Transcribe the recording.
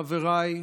חבריי,